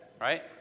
Right